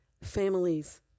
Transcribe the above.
Families